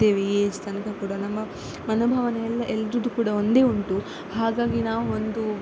ಇದ್ದೇವೆ ಈ ಏಜ್ ತನಕ ಕೂಡ ನಮ್ಮ ಮನೋಭಾವನೆ ಎಲ್ಲ ಎಲ್ಲರದ್ದು ಕೂಡ ಒಂದೇ ಉಂಟು ಹಾಗಾಗಿ ನಾವು ಒಂದು